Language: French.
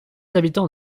habitants